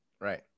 Right